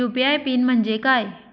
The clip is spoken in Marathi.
यू.पी.आय पिन म्हणजे काय?